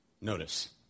Notice